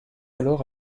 alors